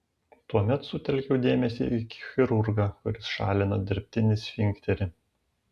tuomet sutelkiau dėmesį į chirurgą kuris šalino dirbtinį sfinkterį